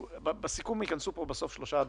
בסיכום ייכנסו פה בסוף שלושה דברים,